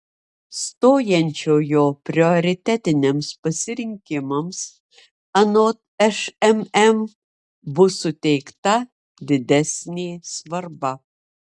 stojančiojo prioritetiniams pasirinkimams anot šmm bus suteikta didesnė svarba